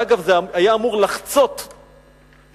ואגב, זה היה אמור לחצות מפלגות,